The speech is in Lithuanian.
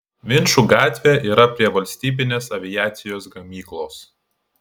vinčų gatvė yra prie valstybinės aviacijos gamyklos